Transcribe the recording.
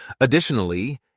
Additionally